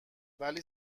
ولی